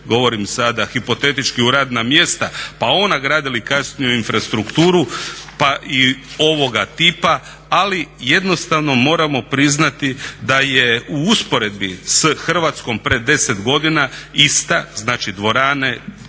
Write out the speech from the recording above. govorim sada hipotetički, u radna mjesta pa ona gradili kasniju infrastrukturu pa i ovoga tipa, ali jednostavno moramo priznati da je u usporedbi s Hrvatskom pred 10 godina ista, znači dvorane